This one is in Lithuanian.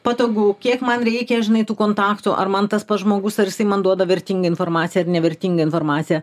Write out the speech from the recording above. patogu kiek man reikia žinai tų kontaktų ar man tas pats žmogus ar jisai man duoda vertingą informaciją ar nevertingą informaciją